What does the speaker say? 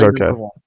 okay